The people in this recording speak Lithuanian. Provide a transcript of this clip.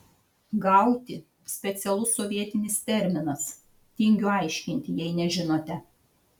gauti specialus sovietinis terminas tingiu aiškinti jei nežinote